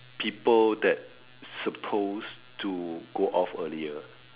people that supposed to go off earlier